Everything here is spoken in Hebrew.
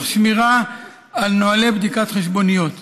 תוך שמירה על נוהלי בדיקת חשבוניות.